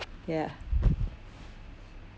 ya